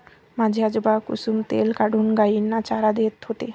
माझे आजोबा कुसुम तेल काढून गायींना चारा देत होते